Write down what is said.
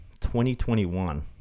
2021